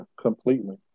completely